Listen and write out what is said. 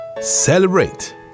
celebrate